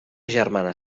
germana